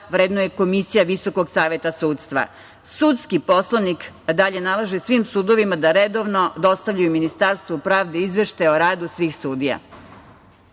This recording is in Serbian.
vrednuje komisija Visokog saveta sudstva. Sudski poslovnik dalje nalaže svim sudovima da redovno dostavljaju Ministarstvu pravde izveštaj o radu svih sudija. Nekada